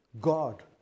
God